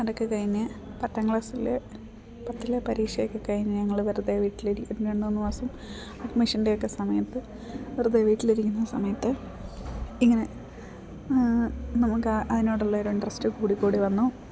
അതൊക്കെ കഴിഞ്ഞ് പത്താം ക്ലാസ്സിൽ പത്തിലെ പരീക്ഷയൊക്കെ കഴിഞ്ഞ് ഞങ്ങൾ വെറുതെ വീട്ടിലിരിക്കുന്ന രണ്ട് മൂന്ന് മാസം അഡ്മിഷൻ്റെ ഒക്കെ സമയത്ത് വെറുതെ വീട്ടിലിരിക്കുന്ന സമയത്ത് ഇങ്ങനെ നമുക്ക് ആ അയിനോടുള്ള ഒരു ഇൻട്രസ്റ്റ് കൂടി കൂടി വന്നു